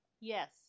Yes